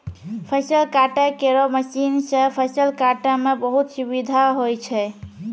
फसल काटै केरो मसीन सँ फसल काटै म बहुत सुबिधा होय छै